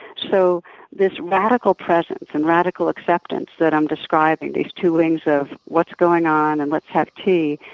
so this radical presence and radical acceptance that i'm describing these two wings of, what's going on and let's have tea,